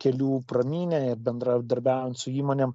kelių pramynę ir bendradarbiaujant su įmonėm